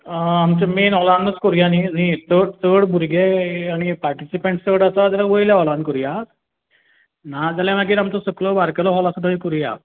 आमचे मेन हॉलानूच कोरुया न्हय न्हय चड चड भुरगे आनी पाटिसिपँट्स चड आसा जाल्या वयल्या हॉलान करुयां नाजाल्या मागीर आमचो सकलो बारकेलो हॉल आसा थंय करुयां